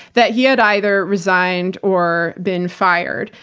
that he had either resigned or been fired.